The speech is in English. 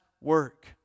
work